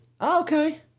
Okay